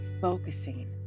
focusing